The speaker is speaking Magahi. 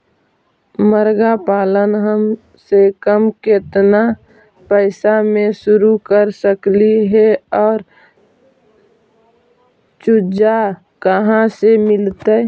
मरगा पालन कम से कम केतना पैसा में शुरू कर सकली हे और चुजा कहा से मिलतै?